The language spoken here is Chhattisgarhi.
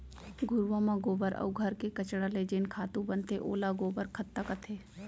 घुरूवा म गोबर अउ घर के कचरा ले जेन खातू बनथे ओला गोबर खत्ता कथें